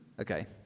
Okay